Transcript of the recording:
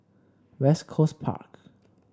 West Coast Park